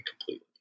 completely